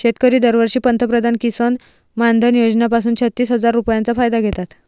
शेतकरी दरवर्षी पंतप्रधान किसन मानधन योजना पासून छत्तीस हजार रुपयांचा फायदा घेतात